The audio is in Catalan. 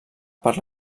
per